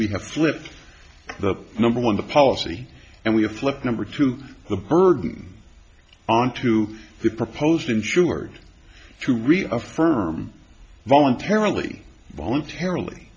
have flipped the number one the policy and we have flipped number two the burden onto the proposed insured to reaffirm voluntarily voluntarily